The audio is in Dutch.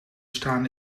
staan